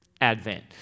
Advent